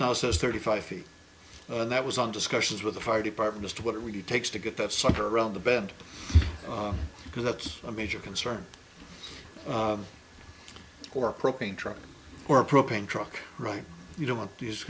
now says thirty five feet and that was on discussions with the fire department as to what it really takes to get that sucker around the bend because that's a major concern for a propane truck or a propane truck right you don't want these